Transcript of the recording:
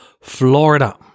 Florida